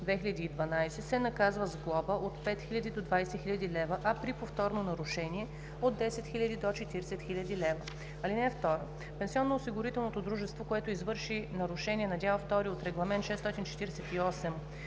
648/2012, се наказва с глоба от 5000 до 20 000 лв., а при повторно нарушение – от 10 000 до 40 000 лв. (2) Пенсионноосигурителното дружество, което извърши нарушение на дял втори от Регламент (ЕС)